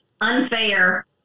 Unfair